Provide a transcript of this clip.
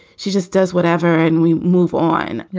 she just does whatever. and we move on. yeah